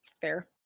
fair